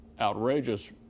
outrageous